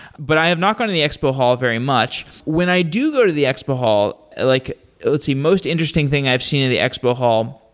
but i am not going to the expo hall very much. when i do go to the expo hall, like let's see, most interesting thing i've seen in the expo hall?